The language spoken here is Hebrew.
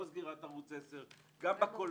לא סגירת ערוץ 10. גם בקולנוע.